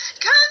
Come